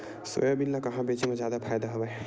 Soybean ल कहां बेचे म जादा फ़ायदा हवय?